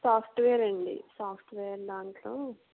software అండి software దానిలో